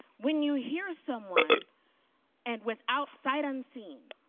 when you hear someone and without site unseen,